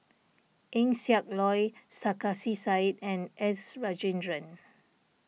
Eng Siak Loy Sarkasi Said and S Rajendran